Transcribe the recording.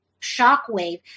Shockwave